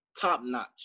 top-notch